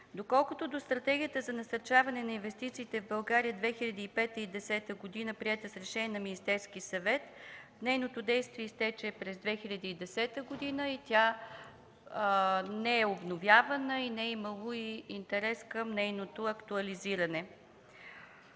Доколкото до Стратегията за насърчаване на инвестициите в България 2005-2010 г., приета с решение на Министерския съвет, нейното действие изтече през 2010 г. и тя не е обновявана, не е имало и интерес към нейното актуализиране.